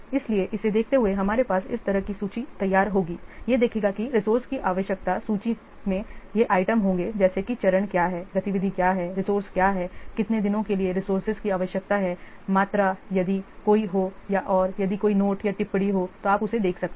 इसलिए इसे देखते हुए हमारे पास इस तरह की सूची तैयार होगी यह देखेगा कि रिसोर्स की आवश्यकता सूची में ये आइटम होंगे जैसे कि चरण क्या हैं गतिविधियाँ क्या हैं रिसोर्स क्या हैं कितने दिनों के लिए रिसोर्सेज की आवश्यकता है मात्रा यदि कोई हो और यदि कोई नोट या टिप्पणी हो तो आप उसे देख सकते हैं